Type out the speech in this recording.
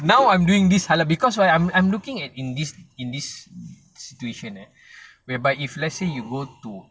now I'm doing this halal because right I'm I'm looking at in this in this situation eh whereby if let's say you go to